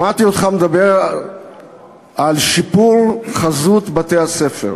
שמעתי אותך מדבר על שיפור חזות בתי-הספר,